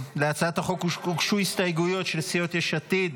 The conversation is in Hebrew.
להצעת החוק הוגשו הסתייגויות של קבוצת סיעת יש עתיד,